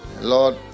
Lord